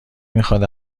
میخاد